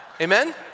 amen